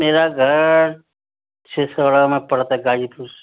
मेरा घर पड़ता ग़ाज़ीपुर